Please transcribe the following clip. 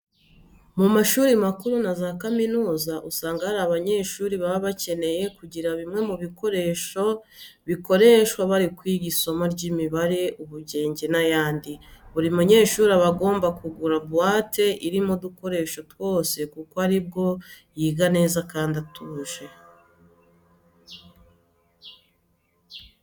Mu mashuri makuru na za kaminuza usanga hari abanyeshuri baba bakeneye kugira bimwe mu bikoresho bikoreshwa bari kwiga isomo ry'imibare, ubugenge n'ayandi. Buri munyeshuri aba agomba kugura buwate irimo udukoresho twose kuko ari bwo yiga neza kandi atuje.